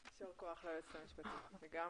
לגמרי.